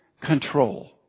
control